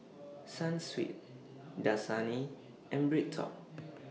Sunsweet Dasani and BreadTalk